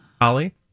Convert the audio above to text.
Holly